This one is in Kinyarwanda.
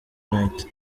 night